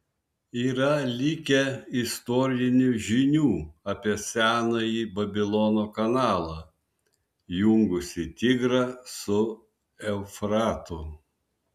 yra likę istorinių žinių apie senąjį babilono kanalą jungusį tigrą su eufratu